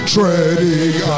Treading